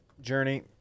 journey